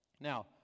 Now